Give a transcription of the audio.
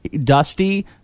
Dusty